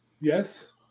Yes